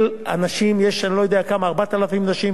הנשים, לא יודע כמה, יש 4,000 נשים